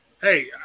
Hey